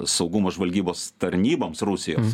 saugumo žvalgybos tarnyboms rusijos